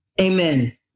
Amen